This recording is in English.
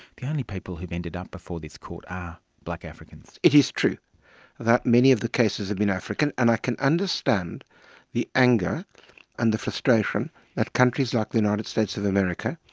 the only people who've ended up before this court are black africans? it is true that many of the cases have been african, and i can understand the anger and the frustration of countries like the united states of america,